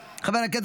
חבר הכנסת חמד עמאר,